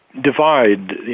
divide